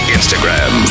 Instagram